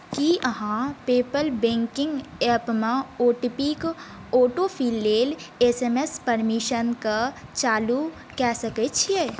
की अहाँ PayPal banking एपमे O T P के ऑटोफिल लेल एस एम एस परमीशनके चालू कऽ सकैत छियै